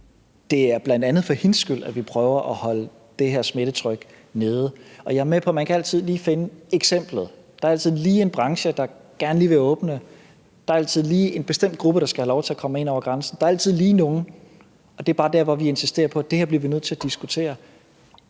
Det er bl.a. for hendes skyld, at vi prøver at holde det her smittetryk nede. Jeg er med på, at man altid lige kan finde eksemplet – der er altid lige en branche, der gerne lige vil åbne, der er altid lige en bestemt gruppe, der skal have lov til at komme ind over grænsen, der er altid lige nogen. Det er bare der, hvor vi insisterer på, at det her bliver vi nødt til at diskutere